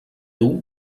dur